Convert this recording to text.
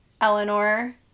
Eleanor